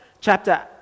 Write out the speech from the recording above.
chapter